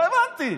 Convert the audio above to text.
לא הבנתי.